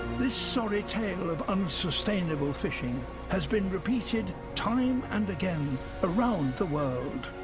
this sorry tale of unsustainable fishing has been repeated time and again around the world.